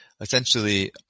essentially